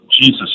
Jesus